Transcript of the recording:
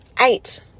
eight